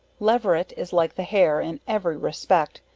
leveret, is like the hare in every respect,